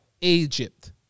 Egypt